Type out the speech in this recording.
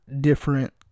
different